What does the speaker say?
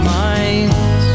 minds